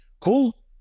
cool